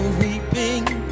weeping